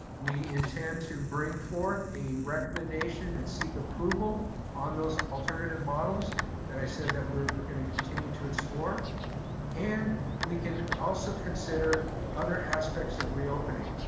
we intend to bring forth a recommendation and seek approval on those alternative models that i said that we're gonna continue to explore and we can also consider other aspects of reopening.